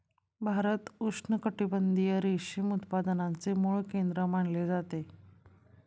भारत उष्णकटिबंधीय रेशीम उत्पादनाचे मूळ केंद्र मानले जाते